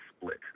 split